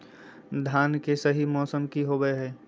धान के सही मौसम की होवय हैय?